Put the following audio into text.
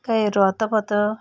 गाईहरू हत्तपत्त